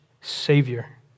Savior